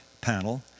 panel